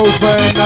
Open